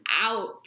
out